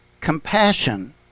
compassion